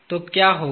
तो क्या होगा